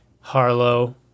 Harlow